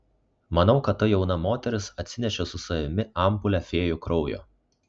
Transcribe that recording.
manau kad ta jauna moteris atsinešė su savimi ampulę fėjų kraujo